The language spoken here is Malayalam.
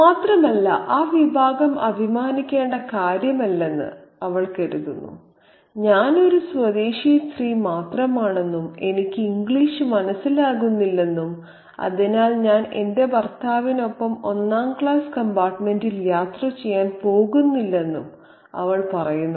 മാത്രമല്ല ആ വിഭാഗം അഭിമാനിക്കേണ്ട കാര്യമല്ലെന്ന് അവൾ കരുതുന്നു ഞാൻ ഒരു സ്വദേശി സ്ത്രീ മാത്രമാണെന്നും എനിക്ക് ഇംഗ്ലീഷ് മനസ്സിലാകുന്നില്ലെന്നും അതിനാൽ ഞാൻ എന്റെ ഭർത്താവിനൊപ്പം ഒന്നാം ക്ലാസ് കമ്പാർട്ടുമെന്റിൽ യാത്ര ചെയ്യാൻ പോകുന്നില്ലെന്നും അവൾ പറയുന്നു